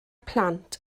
plant